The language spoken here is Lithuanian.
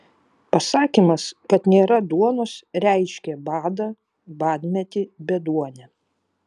pasakymas kad nėra duonos reiškė badą badmetį beduonę